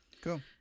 Cool